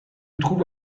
trouve